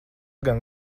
gan